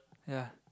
ya